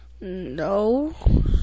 no